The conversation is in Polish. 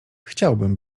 chciałbym